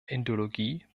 indologie